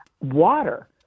water